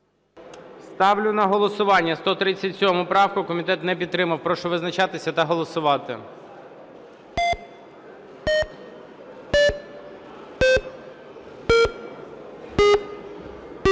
Ставлю на голосування 139 правку. Комітетом не підтримана. Прошу визначатися та голосувати.